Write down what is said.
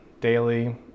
daily